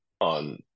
on